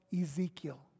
Ezekiel